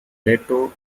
leto